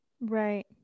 Right